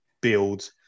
build